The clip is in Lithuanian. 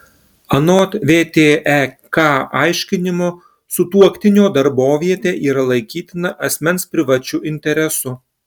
anot vtek aiškinimo sutuoktinio darbovietė yra laikytina asmens privačiu interesu